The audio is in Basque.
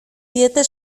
diete